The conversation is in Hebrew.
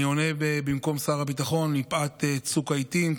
אני עונה במקום שר הביטחון, מפאת צוק העיתים.